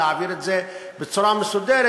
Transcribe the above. להעביר את זה בצורה מסודרת,